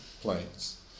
planes